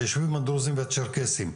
בישובים הדרוזים והצ'רקסיים,